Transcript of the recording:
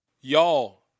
Y'all